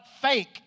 fake